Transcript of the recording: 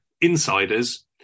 insiders